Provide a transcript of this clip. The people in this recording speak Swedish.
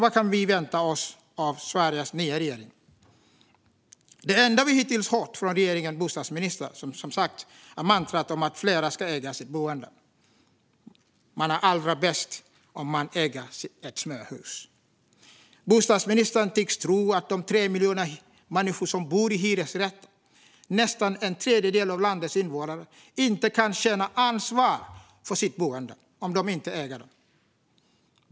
Vad kan vi då vänta oss av Sveriges nya regering? Det enda vi hittills har hört från regeringens bostadsminister är som sagt mantrat att fler ska äga sitt boende. Man är allra bäst om man äger ett småhus. Bostadsministern tycks tro att de 3 miljoner människor som bor i hyresrätt, vilket är nästan en tredjedel av landets invånare, inte kan känna ansvar för sitt boende om de inte äger det.